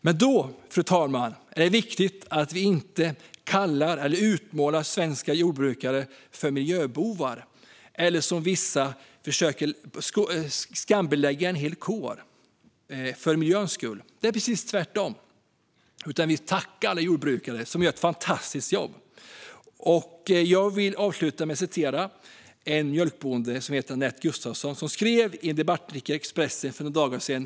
Men då, fru talman, är det viktigt att vi inte utmålar svenska jordbrukare som miljöbovar eller försöker skambelägga en hel kår, som vissa gör, för miljöns skull. Det är precis tvärtom, att vi bör tacka alla jordbrukare, som gör ett fantastiskt jobb. Jag vill avsluta med att berätta vad en mjölkbonde som heter Anette Gustawson skrev i en debattartikel i Expressen för några dagar sedan.